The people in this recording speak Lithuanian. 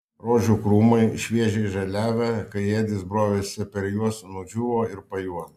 rožių krūmai šviežiai žaliavę kai edis brovėsi per juos nudžiūvo ir pajuodo